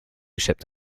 shipped